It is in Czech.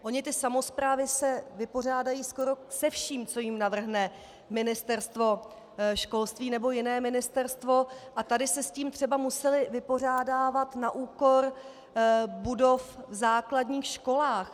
Ony ty samosprávy se vypořádají skoro se vším, co jim navrhne Ministerstvo školství nebo jiné ministerstvo, a tady se s tím musely vypořádávat na úkor budov v základních školách.